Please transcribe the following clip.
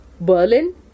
Berlin